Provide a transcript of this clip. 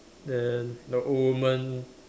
then the old woman